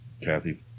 Kathy